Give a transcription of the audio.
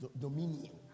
Dominion